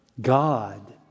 God